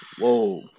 Whoa